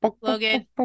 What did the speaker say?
Logan